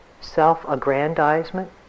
self-aggrandizement